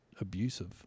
abusive